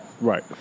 Right